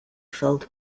felt